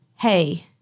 hey